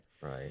right